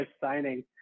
signing